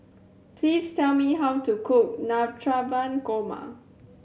please tell me how to cook Navratan Korma